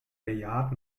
bejaht